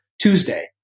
Tuesday